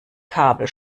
kabel